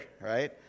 right